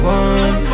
one